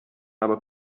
aber